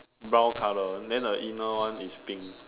brown color then the inner one is pink